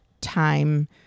time